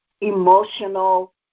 emotional